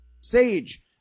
sage